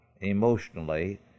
emotionally